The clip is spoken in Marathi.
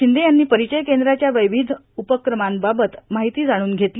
शिंदे यांनी परिचय केंद्राच्या वैविद्य उपक्रमांबाबत माहिती जाणून घेतली